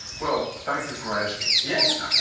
well, thank you for asking yeah